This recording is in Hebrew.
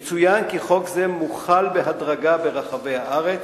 יצוין כי חוק זה מוחל בהדרגה ברחבי הארץ,